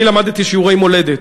אני למדתי שיעורי מולדת,